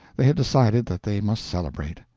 they had decided that they must celebrate.